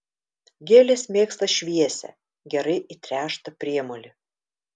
gėlės mėgsta šviesią gerai įtręštą priemolį